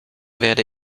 werde